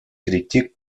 critiques